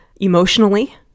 emotionally